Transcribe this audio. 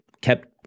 kept